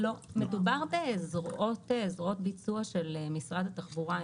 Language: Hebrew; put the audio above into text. לא, מדובר בזרועות ביצוע של משרד התחבורה.